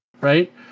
right